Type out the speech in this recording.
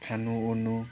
खानु ओर्नु